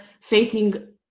facing